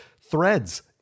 threads